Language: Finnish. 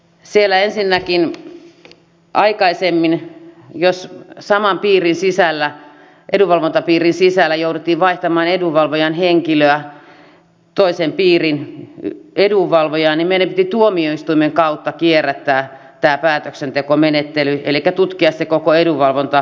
siellä ensinnäkin aikaisemmin jos saman edunvalvontapiirin sisällä jouduttiin vaihtamaan edunvalvojan henkilöä toisen piirin edunvalvojaan meidän piti tuomioistuimen kautta kierrättää tämä päätöksentekomenettely elikkä tutkia se koko valvonta uudestaan